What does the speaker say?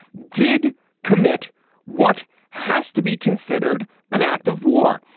did commit what has to be considered an act of war.